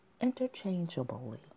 interchangeably